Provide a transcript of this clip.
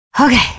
Okay